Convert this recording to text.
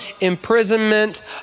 imprisonment